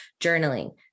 journaling